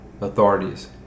authorities